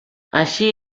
així